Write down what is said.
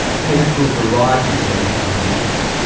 cater to a variety of medical conditions.